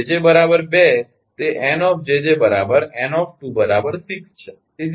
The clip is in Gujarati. જ્યારે 𝑗𝑗 2 તે 𝑁𝑗𝑗 𝑁 6 છે